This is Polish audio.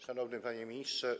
Szanowny Panie Ministrze!